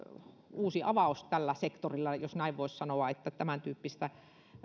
uusi avaus tällä sektorilla jos näin voisi sanoa tämäntyyppistä